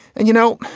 and, you know,